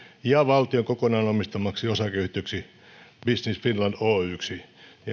ja valtion kokonaan omistamaksi osakeyhtiöksi business finland oyksi